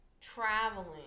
traveling